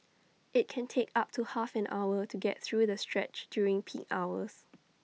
IT can take up to half an hour to get through the stretch during peak hours